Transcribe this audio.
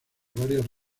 varias